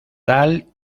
tal